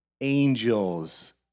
angels